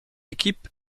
équipe